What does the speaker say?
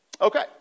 Okay